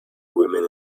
women